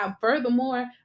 furthermore